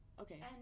okay